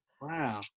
Wow